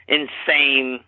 insane